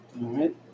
right